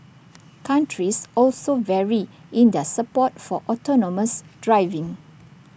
countries also vary in their support for autonomous driving